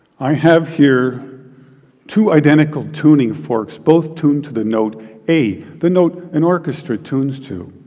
i have here two identical tuning forks, both tuned to the note a, the note an orchestra tunes to.